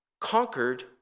conquered